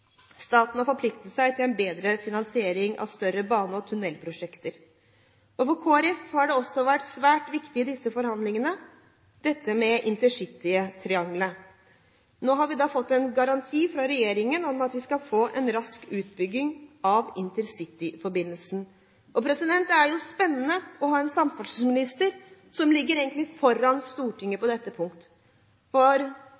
Staten forplikter seg til bedre finansiering av større bane- og tunellprosjekter. For Kristelig Folkeparti har intercitytriangelet også vært viktig i disse forhandlingene. Nå har vi fått en garanti fra regjeringen om at vi skal få en rask utbygging av intercityforbindelsen. Det er spennende å ha en samferdselsminister som egentlig ligger foran Stortinget